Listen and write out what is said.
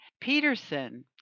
Peterson